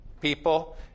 people